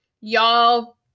y'all